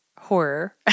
horror